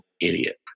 idiot